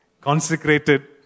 consecrated